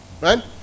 Right